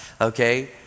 okay